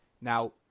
now